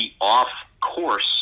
off-course